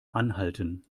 anhalten